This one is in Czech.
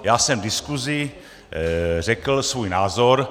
Já jsem v diskuzi řekl svůj názor.